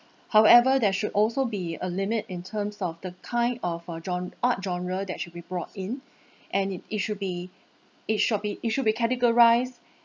however there should also be a limit in terms of the kind of uh gen~ art genre that should be brought in and it it should be it should be it should be categorised